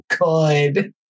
good